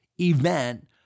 event